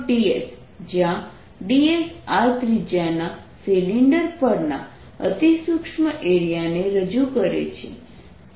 dS જ્યાં dS r ત્રિજ્યા ના સિલિન્ડર પરના અતિ સૂક્ષ્મ એરિયાને રજૂ કરે છે